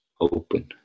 open